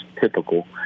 typical